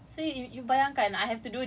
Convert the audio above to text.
almost four K words lah